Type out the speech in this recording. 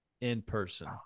in-person